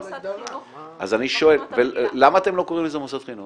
אבל זה לא מוסד חינוך --- למה אתם לא קוראים לזה מוסד חינוך